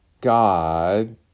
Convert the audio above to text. God